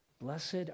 Blessed